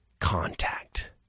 contact